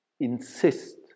insist